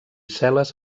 cel·les